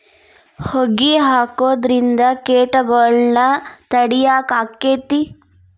ಹೊಗಿ ಹಾಕುದ್ರಿಂದ ಕೇಟಗೊಳ್ನ ತಡಿಯಾಕ ಆಕ್ಕೆತಿ?